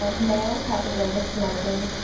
um males have the greatest smoking.